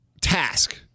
task